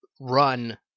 run